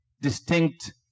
distinct